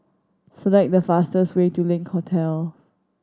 select the fastest way to Link Hotel